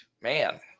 man